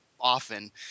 often